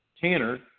Tanner